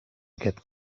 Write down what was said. aquest